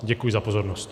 Děkuji za pozornost.